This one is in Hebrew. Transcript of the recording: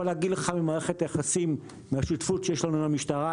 להגיד לך מהשותפות שיש לנו עם המשטרה,